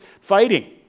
fighting